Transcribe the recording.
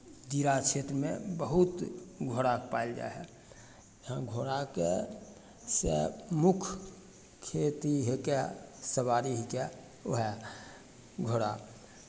दियरा क्षेत्रमे बहुत घोड़ा पाएल जाइ हए हम घोड़ाके से मुख्य खेती हइके सवारी हिकै उएह घोड़ा